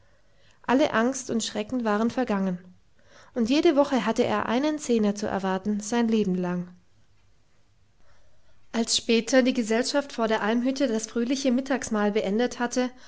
alle angst und schrecken waren vergangen und jede woche hatte er einen zehner zu erwarten sein leben lang als später die gesellschaft vor der almhütte das fröhliche mittagsmahl beendet hatte